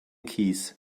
kies